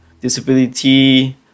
disability